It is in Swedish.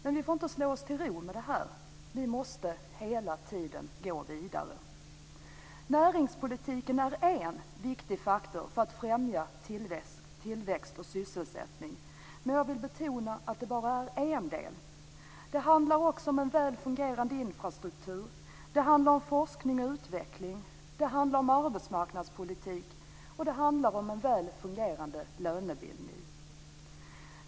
Men vi får inte slå oss till ro med det här. Vi måste hela tiden gå vidare. Näringspolitiken är en viktig faktor för att främja tillväxt och sysselsättning, men jag vill betona att det bara är en del. Det handlar också om en väl fungerande infrastruktur, om forskning och utveckling, om arbetsmarknadspolitik och om en väl fungerande lönebildning.